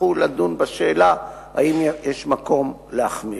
יצטרכו לדון בשאלה אם יש מקום להחמיר.